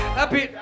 happy